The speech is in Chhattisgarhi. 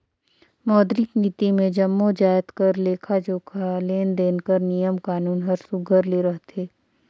मौद्रिक नीति मे जम्मो जाएत कर लेखा जोखा, लेन देन कर नियम कानून हर सुग्घर ले रहथे